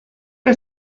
que